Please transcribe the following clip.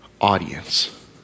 audience